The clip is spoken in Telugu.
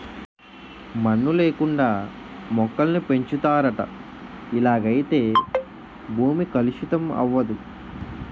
మన్ను లేకుండా మొక్కలను పెంచుతారట ఇలాగైతే భూమి కలుషితం అవదు